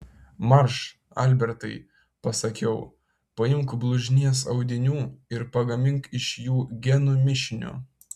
marš albertai pasakiau paimk blužnies audinių ir pagamink iš jų genų mišinio